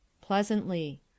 Pleasantly